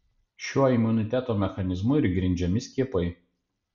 šiuo imuniteto mechanizmu ir grindžiami skiepai